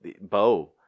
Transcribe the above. bow